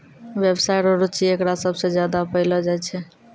व्यवसाय रो रुचि एकरा सबसे ज्यादा पैलो जाय छै